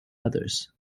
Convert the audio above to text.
others